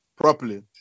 properly